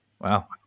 Wow